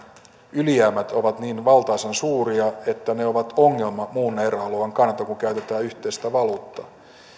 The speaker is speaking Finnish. ylijäämät ovat niin valtaisan suuria että ne ovat ongelma muun euroalueen kannalta kun käytetään yhteistä valuuttaa